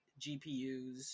GPUs